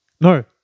No